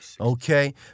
okay